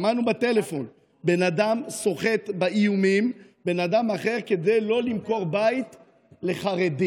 שמענו בטלפון בן אדם סוחט באיומים בן אדם אחר כדי לא למכור בית לחרדי.